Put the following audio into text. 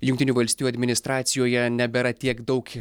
jungtinių valstijų administracijoje nebėra tiek daug